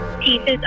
pieces